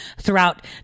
throughout